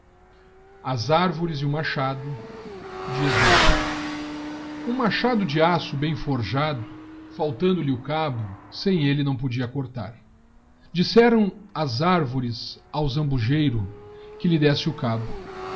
as árvores e o máciiàdoh ijm machado de aço bem foiv iadov faltando ihe o cabo sem el le naé podia cortar disseraô as arvores aa zambugeiro quê lhe desse o cabo